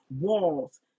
walls